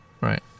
right